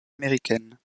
américaines